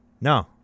No